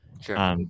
Sure